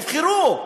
נבחרו,